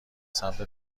سمت